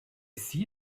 see